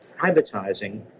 privatizing